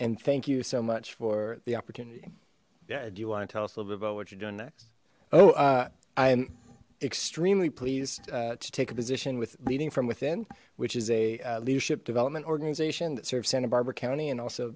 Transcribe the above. and thank you so much for the opportunity yeah do you want to tell us a little bit about what you're doing next oh uh i am extremely pleased to take a position with leading from within which is a leadership development organization that serves santa barbara county and also